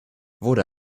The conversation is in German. wurde